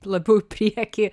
labiau į priekį